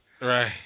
Right